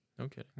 Okay